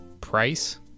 Price